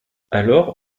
alors